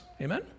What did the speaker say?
Amen